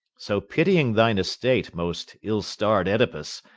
so pitying thine estate, most ill-starred oedipus,